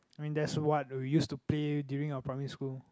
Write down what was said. I mean that's what we used to play during our primary school